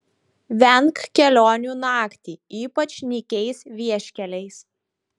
venk kelionių naktį ypač nykiais vieškeliais